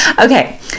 Okay